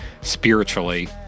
spiritually